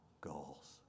goals